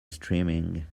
streaming